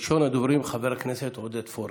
ראשון הדוברים, חבר הכנסת עודד פורר.